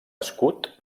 escut